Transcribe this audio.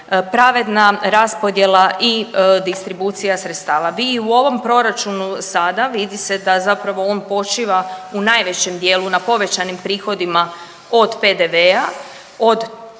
pravedna raspodjela i distribucija sredstava. Vi u ovom proračunu sada, vidi se da zapravo on počiva u najvećem dijelu na povećanim prihodima od PDV-a, od